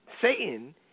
Satan